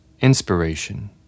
Inspiration